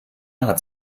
hat